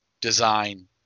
design